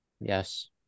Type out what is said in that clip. yes